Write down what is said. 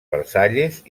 versalles